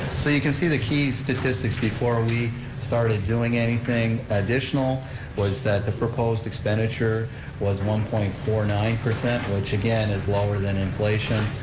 so you can see the key statistics before we started doing anything, additional was that the proposed expenditure was one point four nine, which, again, is lower than inflation,